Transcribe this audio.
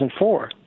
2004